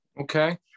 Okay